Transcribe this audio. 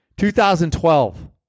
2012